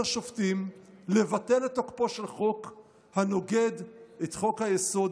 שופטים לבטל את תוקפו של חוק הנוגד את חוק-היסוד,